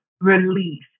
release